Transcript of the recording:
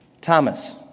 Thomas